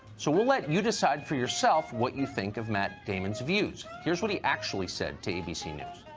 so, we'll let you decide for yourself, what you think of matt damon's views. here's what he actually said to abc news